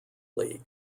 league